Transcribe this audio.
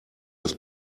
das